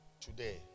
today